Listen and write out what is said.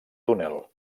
túnel